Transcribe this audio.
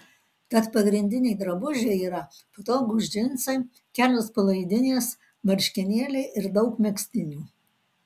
tad pagrindiniai drabužiai yra patogūs džinsai kelios palaidinės marškinėliai ir daug megztinių